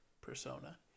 persona